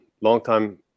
longtime